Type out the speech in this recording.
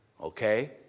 Okay